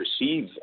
receive